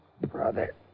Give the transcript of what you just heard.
brother